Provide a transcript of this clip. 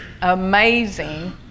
amazing